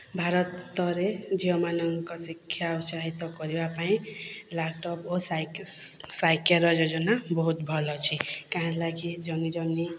ଭାରତରେ ଝିଅମାନଙ୍କ ଶିକ୍ଷା ଉତ୍ସାହିତ କରିବା ପାଇଁ ଲାପ୍ଟପ୍ ଓ ସାଇକେଲ୍ର ଯୋଜନା ବହୁତ୍ ଭଲ୍ ଅଛେ କାଁ ହେଲାକି ଜଣେ ଜଣେ